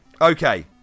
Okay